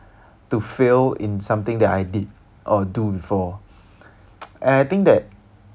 to fill in something that I did or do before and I think that